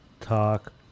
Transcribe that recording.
talk